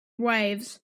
waves